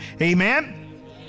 Amen